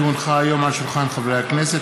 כי הונחה היום על שולחן הכנסת,